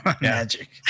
Magic